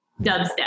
Dubstep